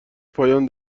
پایان